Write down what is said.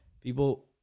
people